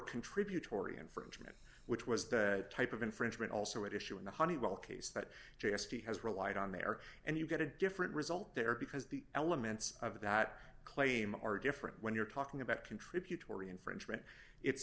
contributory infringement which was the type of infringement also it issue in the honeywell case that g s t has relied on there and you get a different result there because the elements of that claim are different when you're talking about contributory infringement it's